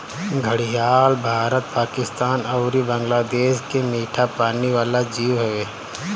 घड़ियाल भारत, पाकिस्तान अउरी बांग्लादेश के मीठा पानी वाला जीव हवे